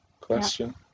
question